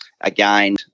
again